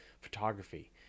photography